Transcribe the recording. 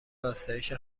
آسایش